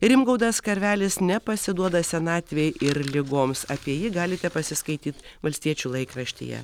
rimgaudas karvelis nepasiduoda senatvei ir ligoms apie jį galite pasiskaityt valstiečių laikraštyje